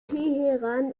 teheran